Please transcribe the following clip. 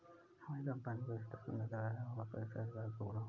हमारी कंपनी का स्टॉक्स में लगाया हुआ पैसा इस बार दोगुना हो गया